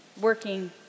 working